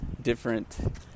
different